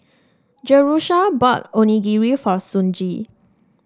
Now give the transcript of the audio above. Jerusha bought Onigiri for Sonji